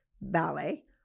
ballet